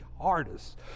hardest